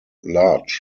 large